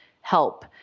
help